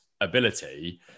ability